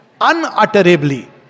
unutterably